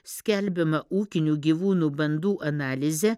skelbiama ūkinių gyvūnų bandų analize